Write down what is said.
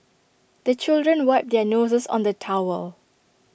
the children wipe their noses on the towel